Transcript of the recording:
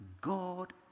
God